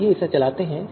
आइए इसे चलाते हैं